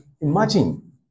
imagine